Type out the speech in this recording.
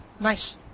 nice